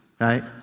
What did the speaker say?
right